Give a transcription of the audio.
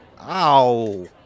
Ow